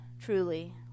truly